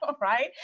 right